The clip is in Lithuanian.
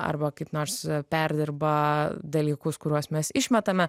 arba kaip nors perdirba dalykus kuriuos mes išmetame